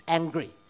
angry